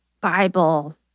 Bible